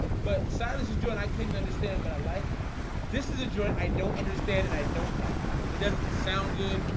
but silas is doing i couldn't understand but i liked this is a joint. i don't understand it i don't like it doesn't sound good.